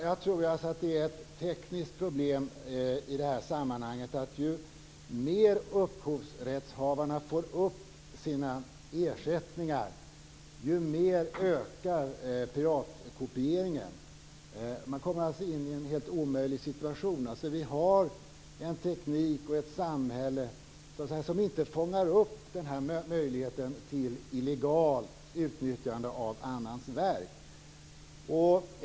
Herr talman! Jag tror att det är ett tekniskt problem i det här sammanhanget att ju mer upphovsrättshavarna får upp sina ersättningar, desto mer ökar privatkopieringen. Man kommer alltså in i en omöjlig situation. Vi har en teknik och ett samhälle som inte fångar upp den här möjligheten till illegalt utnyttjande av annans verk.